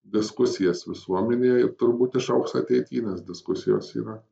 diskusijas visuomenėje ir turbūt iššauks ateity nes diskusijos yra